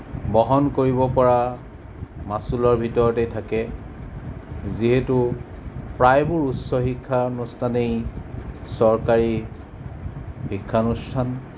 বহন কৰিব পৰা মাচুলৰ ভিতৰতেই থাকে যিহেতু প্ৰায়বোৰ উচ্চশিক্ষা অনুষ্ঠানেই চৰকাৰী শিক্ষানুস্থান